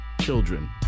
children